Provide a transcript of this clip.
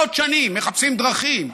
מאות שנים מחפשים דרכים,